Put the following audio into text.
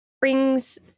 brings